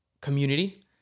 community